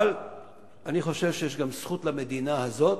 אבל אני חושב שיש גם זכות למדינה זאת,